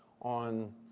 on